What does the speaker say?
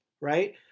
right